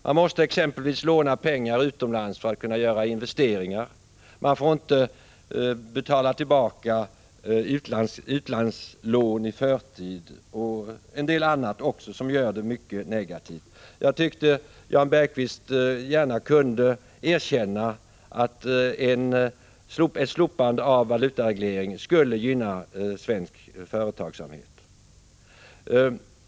Man måste exempelvis låna pengar utomlands för att kunna göra investeringar, man får inte betala tillbaka utlandslån i förtid, och det finns en del annat också som gör regleringen till någonting mycket negativt. Jag tycker att Jan Bergqvist borde kunna erkänna att ett slopande av valutaregleringen skulle gynna svensk företagsamhet.